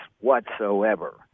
whatsoever